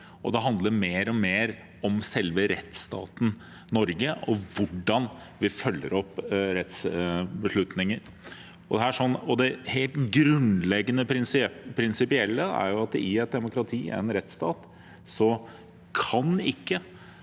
det handler mer og mer om selve rettsstaten Norge og hvordan vi følger opp rettsbeslutninger. Det helt grunnleggende prinsipielle er jo at i et demokrati, i en rettsstat, kan ikke